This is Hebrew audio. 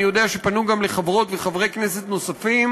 ואני יודע שפנו גם לחברות וחברי כנסת נוספים,